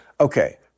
Okay